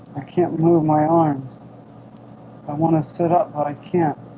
i can't move my arms i wanna sit up but i can't